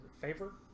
favor